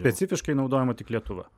specifiškai naudojama tik lietuva